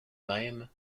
même